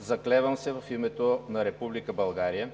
„Заклевам се в името на Република България